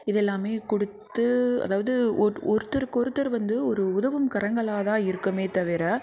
இதெல்லாமே கொடுத்து அதாவது ஒருத் ஒருத்தருக்கொருத்தர் வந்து ஒரு உதவும் கரங்களாக தான் இருக்கோமே தவிர